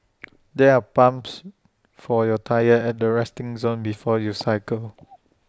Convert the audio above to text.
there're pumps for your tyres at the resting zone before you cycle